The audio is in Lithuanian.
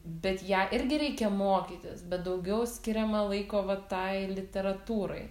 bet ją irgi reikia mokytis bet daugiau skiriama laiko va tai literatūrai